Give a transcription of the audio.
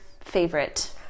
favorite